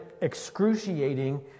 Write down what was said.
excruciating